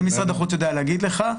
את זה משרד החוץ יוכל להגיד לך.